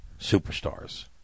superstars